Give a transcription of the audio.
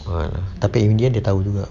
ah tapi in the end dia tahu juga